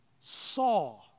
saw